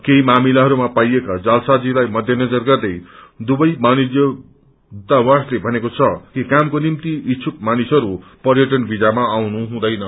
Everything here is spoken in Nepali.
केही मामिलाहरूमा पाइएका जालसाजीलाई मध्यनजर गर्दै दुबई वाभिज्य दूतावासले मनेको छ कि कामको निम्ति इच्छुक मानिसहरू पर्यटन भीजामा आउनु हुँदैन